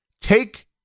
take